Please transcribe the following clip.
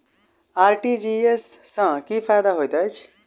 RTGS सँ की फायदा होइत अछि?